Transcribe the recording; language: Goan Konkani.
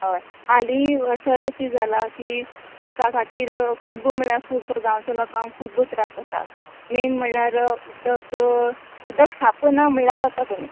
हय हालीं सर किद जालां की उदका खातीर खूब्ब म्हळ्यार खूब्ब गांवच्या लोकांक खूब्ब त्रास जातात मेन म्हळ्यार उदक उदक साप्प ना म्हण्ल्यार जाता तुमी